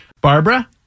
Barbara